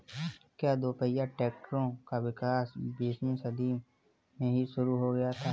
क्या दोपहिया ट्रैक्टरों का विकास बीसवीं शताब्दी में ही शुरु हो गया था?